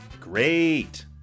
Great